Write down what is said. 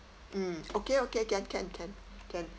mm okay okay can can can can